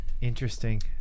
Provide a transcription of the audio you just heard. Interesting